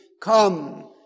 come